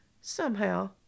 Somehow